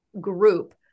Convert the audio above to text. group